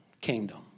kingdom